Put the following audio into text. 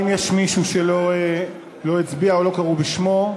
האם יש מישהו שלא הצביע או שלא קראו בשמו?